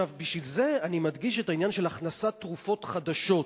בשביל זה אני מדגיש את העניין של הכנסת תרופות חדשות.